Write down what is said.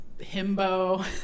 himbo